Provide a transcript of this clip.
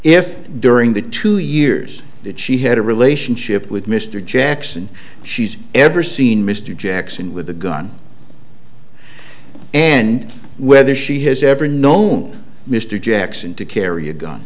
if during the two years that she had a relationship with mr jackson she's ever seen mr jackson with a gun and whether she has ever known mr jackson to carry a gun